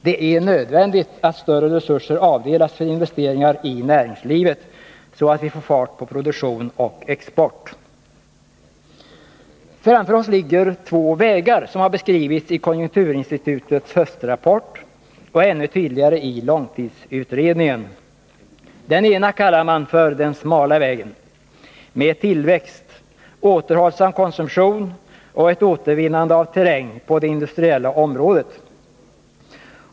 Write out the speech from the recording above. Det är nödvändigt att större resurser avdelas för investeringar i näringslivet, så att vi får fart på produktion och export. Framför oss ligger två vägar som har beskrivits i konjunkturinstitutets höstrapport och ännu tydligare i långtidsutredningen. Den ena kallar man för den smala vägen — med tillväxt, återhållsam konsumtion och ett återvinnande av terräng på det industriella området.